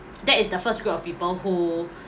that is the first group of people who